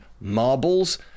Marbles